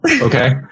Okay